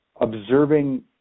observing